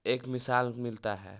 एक मिशाल मिलता है